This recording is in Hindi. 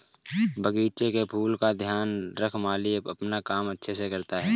बगीचे के फूलों का ध्यान रख माली अपना काम अच्छे से करता है